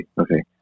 Okay